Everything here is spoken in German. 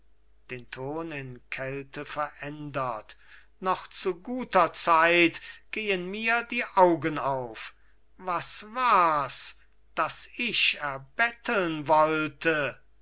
den ton in kälte verändert noch zu guter zeit gehen mir die augen auf was wars das ich eben erbetteln wollte